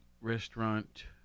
restaurant